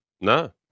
No